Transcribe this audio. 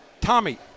Tommy